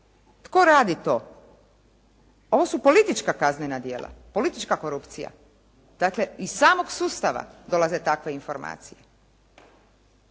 Tko radi to? Ovo su politička kaznena djela, politička korupcija. Dakle, iz samog sustava dolaze takve informacije.